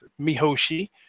Mihoshi